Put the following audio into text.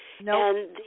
No